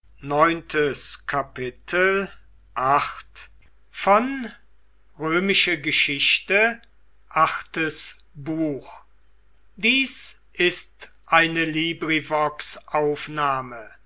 sind ist eine